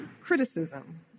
criticism